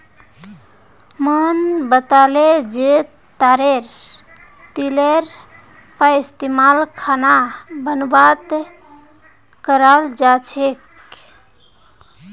मोहन बताले जे तारेर तेलेर पइस्तमाल खाना बनव्वात कराल जा छेक